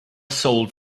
sold